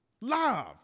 love